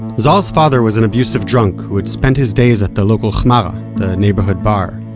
zohar's father was an abusive drunk who would spend his days at the local hmara the neighborhood bar.